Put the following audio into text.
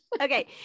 Okay